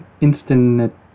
instant